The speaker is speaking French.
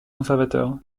conservateur